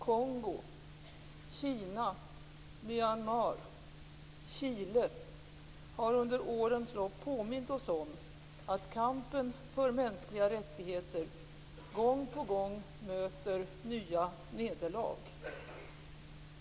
Kongo, Kina, Myanmar och Chile har under årens lopp påmint oss om att kampen för mänskliga rättigheter gång på gång möter nya nederlag.